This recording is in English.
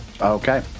Okay